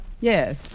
yes